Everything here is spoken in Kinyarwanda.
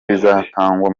bizatangwa